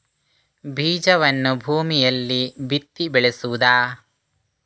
ಬೀಜವನ್ನು ಭೂಮಿಯಲ್ಲಿ ಬಿತ್ತಿ ಬೆಳೆಸುವುದಾ?